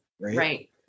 right